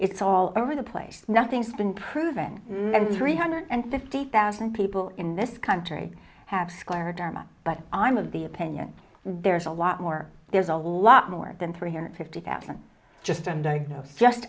it's all over the place nothing's been proven as re hundred and fifty thousand people in this country have squired erma but i'm of the opinion there's a lot more there's a lot more than three hundred fifty thousand just undiagnosed just